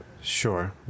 Sure